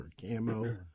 camo